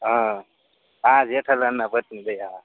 હા હા જેઠાલાલનાં પત્ની દયા હા